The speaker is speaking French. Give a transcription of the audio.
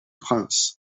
princes